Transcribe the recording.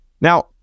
Now